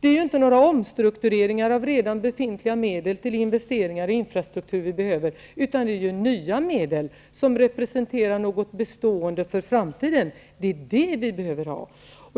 det är ju inte några omstruktureringar av redan befintliga medel till investeringar i infrastruktur som vi behöver, utan det är nya medel, som representerar något bestående för framtiden, som vi behöver ha.